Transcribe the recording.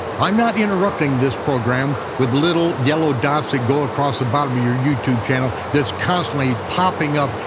i'm not interrupting this program with little yellow dots that go across the bottom of your youtube channel that's constantly popping up,